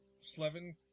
Slevin